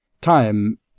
time